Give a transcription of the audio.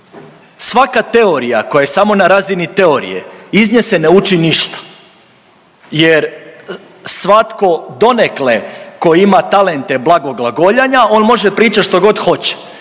Svaka teorija koja je samo na razini teorije iz nje se ne uči ništa jer svatko donekle tko ima talente blagoglagoljanja on može pričat što god hoće